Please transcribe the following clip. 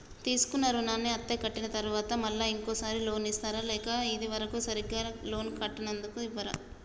తీసుకున్న రుణాన్ని అత్తే కట్టిన తరువాత మళ్ళా ఇంకో సారి లోన్ ఇస్తారా లేక ఇది వరకు సరిగ్గా లోన్ కట్టనందుకు ఇవ్వరా?